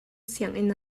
sianginn